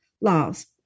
laws